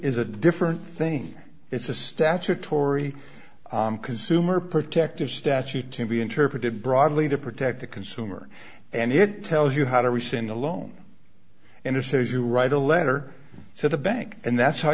is a different thing it's a statutory consumer protective statute to be interpreted broadly to protect the consumer and it tells you how to rescind a loan and it says you write a letter to the bank and that's how